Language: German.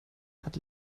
hat